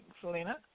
Selena